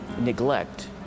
neglect